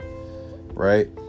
right